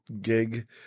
gig